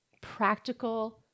practical